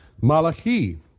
Malachi